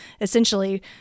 essentially